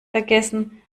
vergessen